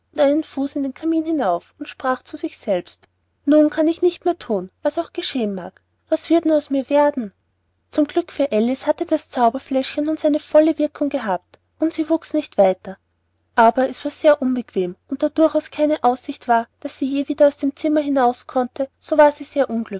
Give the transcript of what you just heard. fuß in den kamin hinauf und sprach zu sich selbst nun kann ich nicht mehr thun was auch geschehen mag was wird nur aus mir werden zum glück für alice hatte das zauberfläschchen nun seine volle wirkung gehabt und sie wuchs nicht weiter aber es war sehr unbequem und da durchaus keine aussicht war daß sie je wieder aus dem zimmer hinaus komme so war sie natürlich sehr